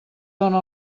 dóna